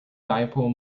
dipole